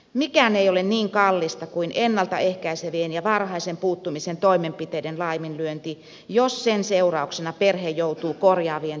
mikään ei ole niin kallista kuin ennalta ehkäisevien ja varhaisen puuttumisen toimenpiteiden laiminlyönti jos sen seurauksena perhe joutuu korjaavien toimenpiteiden pariin